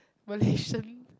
Malaysian